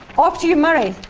over to you murray.